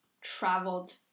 traveled